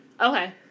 okay